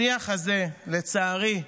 השיח הזה, לצערי,